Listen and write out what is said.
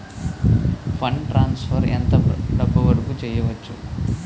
Fund transfer ఎంత డబ్బు వరుకు చేయవచ్చు?